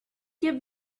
give